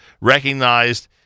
recognized